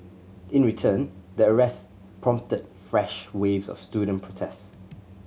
in return the arrest prompted fresh waves of student protest